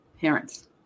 parents